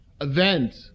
event